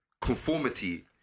conformity